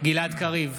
גלעד קריב,